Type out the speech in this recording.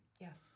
Yes